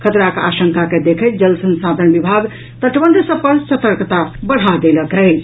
खतराक आशंका के देखैत जल संसाधन विभाग तटबंध सभ पर सतर्कता बढ़ा देलक अछि